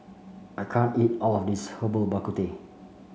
I can't eat all of this Herbal Bak Ku Teh